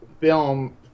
film